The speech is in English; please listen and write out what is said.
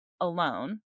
alone